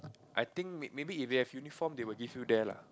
I think may maybe if you have uniform they will give you there lah